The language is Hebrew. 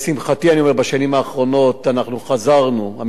אני אומר שבשנים האחרונות המשטרה חזרה